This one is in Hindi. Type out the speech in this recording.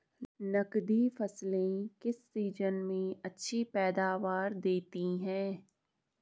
नकदी फसलें किस सीजन में अच्छी पैदावार देतीं हैं?